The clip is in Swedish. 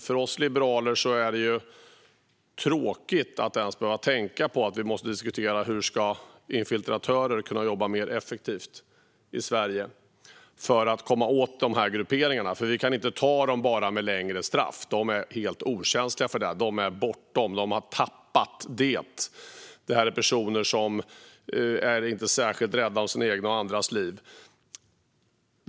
För oss liberaler är det tråkigt att ens behöva tänka på att vi måste diskutera hur infiltratörer ska kunna jobba effektivare i Sverige för att komma åt de här grupperingarna. Vi kan inte ta dem bara med längre straff. De är helt okänsliga för det. De är bortom det. De har tappat det. Det här är personer som inte är särskilt rädda om sina egna och andras liv.